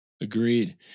Agreed